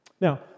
Now